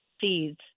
seeds